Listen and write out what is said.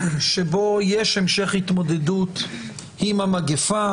שיש המשך התמודדות עם המגיפה,